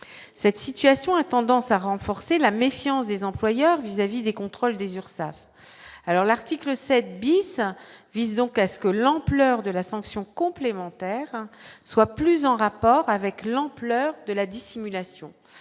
cette situation a tendance a renforcé la méfiance des employeurs vis-à-vis des contrôles des Urssaf alors l'article 7 bis visant que l'ampleur de la sanction complémentaire soit plus en rapport avec l'ampleur de la dissimulation,